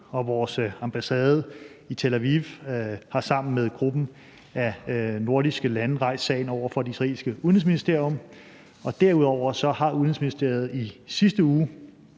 og vores ambassade i Tel Aviv har sammen med gruppen af nordiske lande rejst sagen over for det israelske udenrigsministerium. Derudover har Udenrigsministeriet i sidste uge